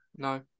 No